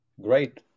Great